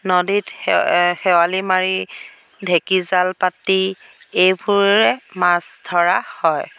নদীত শেৱালি মাৰি ঢেকীজাল পাতি এইবোৰেৰে মাছ ধৰা হয়